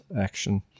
action